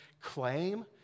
claim